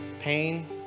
Pain